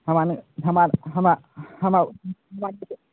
हमरा नहि हमरा हम हम